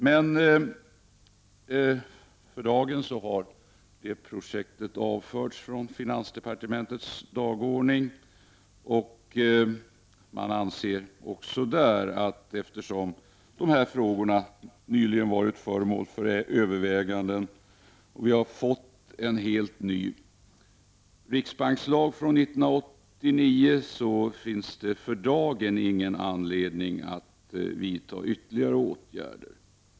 Men för dagen har det projektet avförts från finansdepartementets dagordning. Man anser där att det, eftersom de här frågorna nyligen har varit föremål för överväganden och vi från 1989 har fått en helt ny riksbankslag, inte finns någon anledning att vidta ytterligare åtgärder.